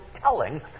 telling